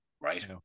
right